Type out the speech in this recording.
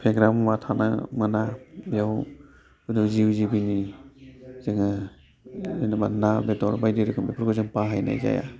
फेग्रा मुवा थानो मोना बेयाव जिउ जिबिनि जोङो जेनेबा ना बेदर बायदि रोखोमफोरखौबो जों बाहायनाय जाया